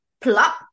plop